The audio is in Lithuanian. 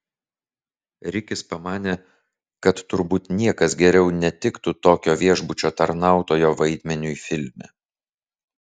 rikis pamanė kad turbūt niekas geriau netiktų tokio viešbučio tarnautojo vaidmeniui filme